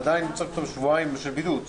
עדיין צריך שבועיים של בידוד.